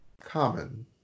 common